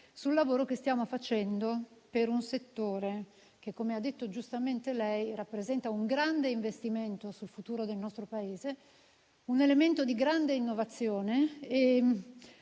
sul lavoro che stiamo facendo per un settore che - come ha detto giustamente lei - rappresenta un grande investimento sul futuro del nostro Paese; un elemento di grande innovazione